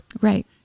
Right